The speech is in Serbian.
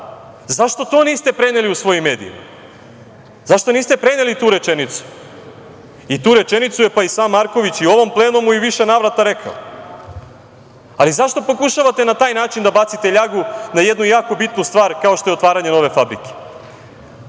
Zašto to niste preneli u svojim medijima? Zašto niste preneli tu rečenicu? I tu rečenicu je pa i sam Marković i u ovom plenumu u više navrata rekao, ali zašto pokušavate na taj način da bacite ljagu na jednu jako bitnu stvar kao što je otvaranje nove fabrike? Moram